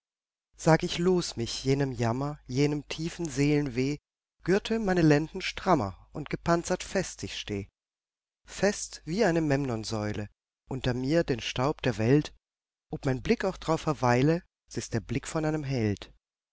sag ich los mich jenem jammer jenem tiefen seelenweh gürte meine lenden strammer und gepanzert fest ich steh fest wie eine memnonsäule unter mir den staub der welt ob mein blick auch drauf verweile s ist der blick von einem held